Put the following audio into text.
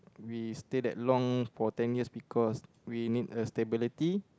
we stayed that long for ten years because we need the stability